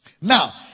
Now